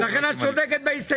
לכן את צודקת בהסתייגות שלך.